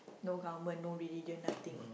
no government no religion nothing